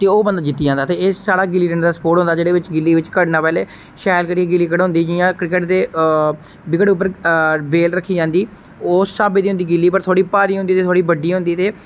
ते ओह् बंदा जित्ती जंदा ते एह साढ़ा गिल्ली डंडा दा स्पोर्ट होंदा जेहदे बिच गिल्ली गी कढ़ना पैहले शैल करियै गिल्ली कढोंदी जियां क्रिकेट दे बिकट उप्पर बे्ल रक्खी जंदी ओह् उस स्हाबे दी होंदी गिल्ली पर थोह्ड़ी भारी होंदी ते थोह्ड़ी बड्डी होदी ते